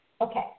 Okay